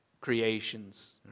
creations